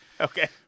okay